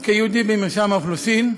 רישום כיהודי במרשם האוכלוסין,